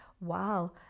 wow